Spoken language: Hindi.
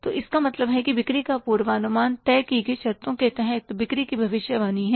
तो इसका मतलब है कि बिक्री का पूर्वानुमान तय की गई शर्तों के तहत बिक्री की भविष्यवाणी है